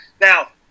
Now